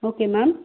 okay ma'am